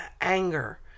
anger